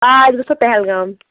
آ أسۍ گَژھو پہلگام